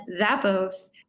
Zappos